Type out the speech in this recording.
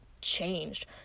changed